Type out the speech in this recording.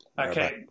Okay